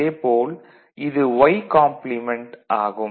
அதே போல் இது y காம்ப்ளிமென்ட் ஆகும்